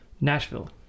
Nashville